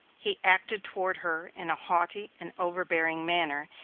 he acted toward her in a haughty and overbearing manner,